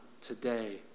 today